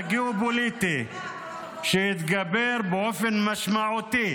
-- להורדת הדירוג הינו הסיכון הגיאופוליטי שהתגבר באופן משמעותי